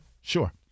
Sure